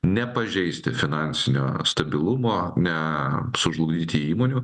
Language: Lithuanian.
nepažeisti finansinio stabilumo nesužlugdyti įmonių